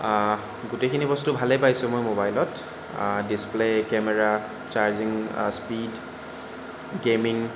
গোটেইখিনি বস্তু ভালেই পাইছোঁ মই ম'বাইলত display camera charging speed gaming